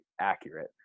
accurate